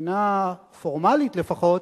מבחינה פורמלית לפחות,